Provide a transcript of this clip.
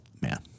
Man